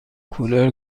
کولر